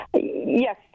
Yes